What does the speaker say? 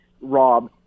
Rob